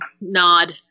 nod